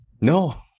No